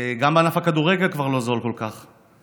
גם ענף הכדורגל כבר לא זול כל כך.